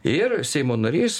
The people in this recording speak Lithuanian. ir seimo narys